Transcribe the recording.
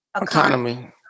economy